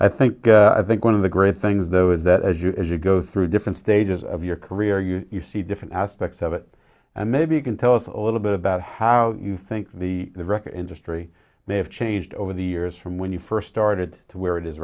i think i think one of the great things though is that as you as you go through different stages of your career you you see different aspects of it and maybe you can tell us a little bit about how you think the record industry may have changed over the years from when you first started to where it is